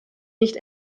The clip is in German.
nicht